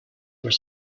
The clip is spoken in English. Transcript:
were